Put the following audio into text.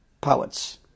poets